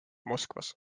moskvas